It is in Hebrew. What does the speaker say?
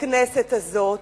בכנסת הזו,